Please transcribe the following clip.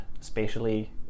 spatially